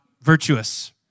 virtuous